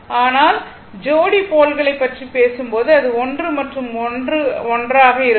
ஆனால் ஜோடி போல்களை பற்றி பேசும்போது அது 1 மற்றும் 1 ஒன்றாக இருக்கும்